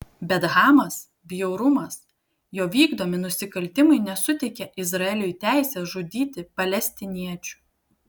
bet hamas bjaurumas jo vykdomi nusikaltimai nesuteikia izraeliui teisės žudyti palestiniečių